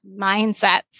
Mindsets